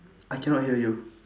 I cannot hear you